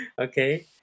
Okay